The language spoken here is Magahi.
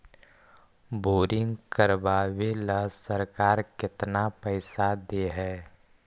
बोरिंग करबाबे ल सरकार केतना पैसा दे है?